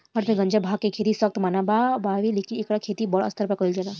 भारत मे गांजा, भांग के खेती सख्त मना बावे लेकिन एकर खेती बड़ स्तर पर कइल जाता